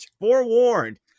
forewarned